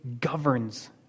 governs